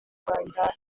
rwanda